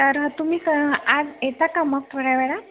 तर तुम्ही क सर आज येता का मग थोड्या वेळात